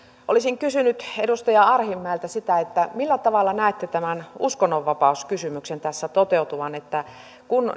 olisin kysynyt edustaja arhinmäeltä sitä millä tavalla näette tämän uskonnonvapauskysymyksen tässä toteutuvan kun